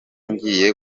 ngiye